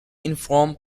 inform